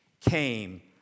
came